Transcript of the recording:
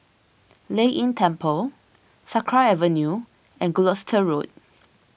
Lei Yin Temple Sakra Avenue and Gloucester Road